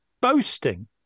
boasting